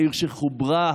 העיר שחוברה,